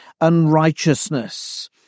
unrighteousness